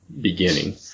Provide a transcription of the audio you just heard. beginning